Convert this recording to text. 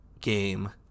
game